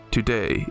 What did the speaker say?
Today